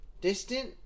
distant